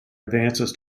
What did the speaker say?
advances